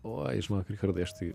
oi žinok richardai aš tai